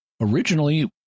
Originally